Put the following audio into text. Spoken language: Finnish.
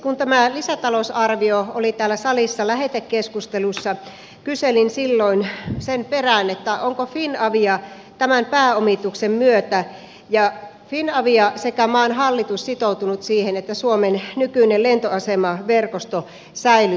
kun tämä lisätalousarvio oli täällä salissa lähetekeskustelussa kyselin silloin sen perään onko finavia tämän pääomituksen myötä finavia sekä maan hallitus sitoutunut siihen että suomen nykyinen lentoasemaverkosto säilytetään